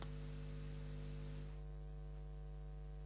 Hvala i vama.